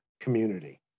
community